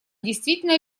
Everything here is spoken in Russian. действительно